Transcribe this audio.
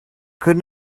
could